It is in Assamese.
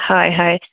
হয় হয়